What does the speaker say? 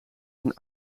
zijn